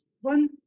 one